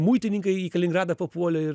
muitininkai į kaliningradą papuolė ir